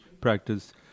practice